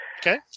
Okay